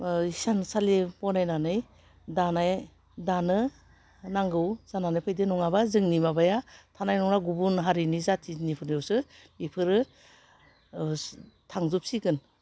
ओह इसान सालि बनायनानै दानाय दानो नांगौ जानानै फैदो नङाबा जोंनि माबाया थानाय नंला गुबुन हारिनि जातिनिफोरनियावसो इफोरो ओह थांजोबसिगोन